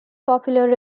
popular